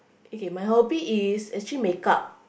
okay my hobby is actually makeup